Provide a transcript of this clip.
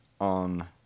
on